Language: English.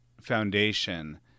Foundation